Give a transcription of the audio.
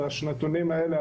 בשנתונים האלה,